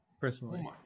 personally